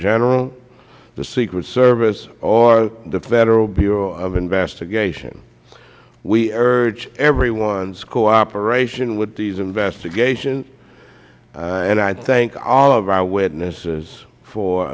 general the secret service or the federal bureau of investigation we urge everyone's cooperation with these investigations and i thank all of our witnesses for